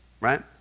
Right